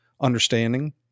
understanding